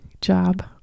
job